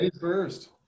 first